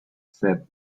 said